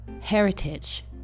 heritage